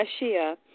Ashia